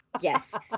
yes